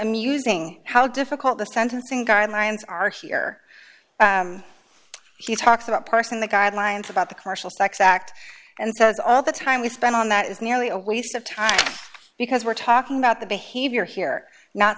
amusing how difficult the sentencing guidelines are here she talks about parsing the guidelines about the commercial sex act and so is all the time we spent on that is nearly a waste of time because we're talking about the behavior here not